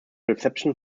reception